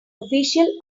official